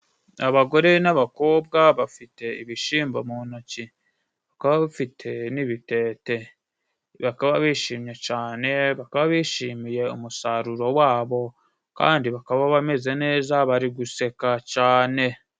Abagore n'abakobwa bafite ibishimbo mu ntoki bakaba bafite n'ibitete bakaba bishimye cane bakaba bishimiye umusaruro wabo kandi bakaba bameze neza bari guseka cane.